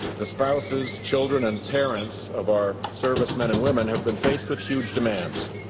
the spouses, children and parents of our servicemen and women have been faced with huge demands.